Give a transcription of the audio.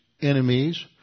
enemies